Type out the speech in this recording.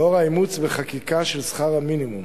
לאור האימוץ בחקיקה של שכר המינימום,